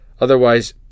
Otherwise